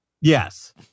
Yes